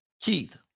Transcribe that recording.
Keith